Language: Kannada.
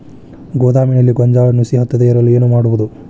ಗೋದಾಮಿನಲ್ಲಿ ಗೋಂಜಾಳ ನುಸಿ ಹತ್ತದೇ ಇರಲು ಏನು ಮಾಡುವುದು?